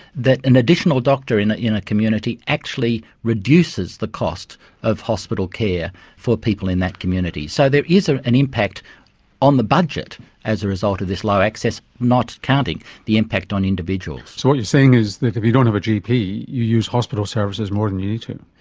that an additional doctor in in a community actually reduces the cost of hospital care for people in that community. so there is ah an impact on the budget as a result of this low access, not counting the impact on individuals. so what you're saying is that if you don't have a gp you use hospital services more than you need to.